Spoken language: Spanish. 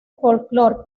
folklore